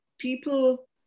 People